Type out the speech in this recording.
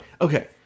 Okay